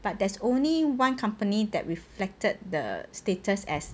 but there's only one company that reflected the status as